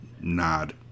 Nod